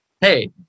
hey